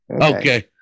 Okay